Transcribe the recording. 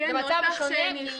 זה מצב אחר.